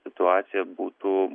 situacija būtų